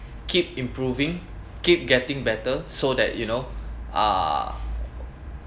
keep improving keep getting better so that you know uh